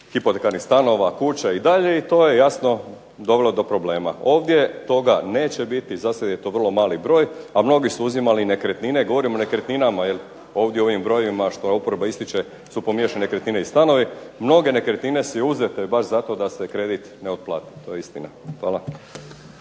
hipotekarnih stanova, kuća i dalje i to je jasno dovelo do problema. Ovdje toga neće biti, za sada je to vrlo mali broj a mnogi su uzimali nekretnine. Govorim o nekretninama jer ovdje u ovim brojevima što oporba ističe su pomiješane nekretnine i stanovi. Mnoge nekretnine su uzete baš zato da se kredit ne otplati, to je istina. Hvala.